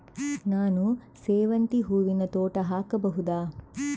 ನಾನು ಸೇವಂತಿ ಹೂವಿನ ತೋಟ ಹಾಕಬಹುದಾ?